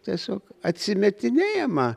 tiesiog atsimetinėjama